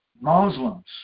muslims